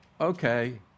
Okay